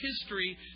history